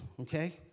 okay